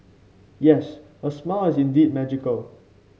yes her smile is indeed magical